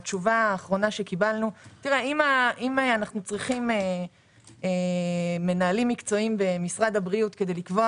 אם אנחנו צריכים מנהלים מקצועיים במשרד הבריאות כדי לקבוע